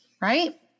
right